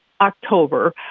October